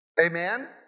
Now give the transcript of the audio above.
Amen